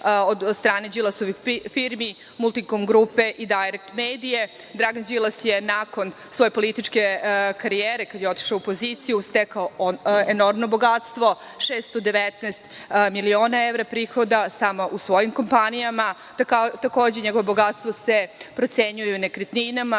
od strane Đilasovih firmi, Multikom grupe i „Dajrek medije“.Dragan Đilas je nakon svoje političke karijere kada je otišao u opoziciju stekao enormno bogatstvo, 619 miliona evra prihoda samo u svojim kompanijama. Takođe, njegovo bogatstvo se procenjuje u nekretninama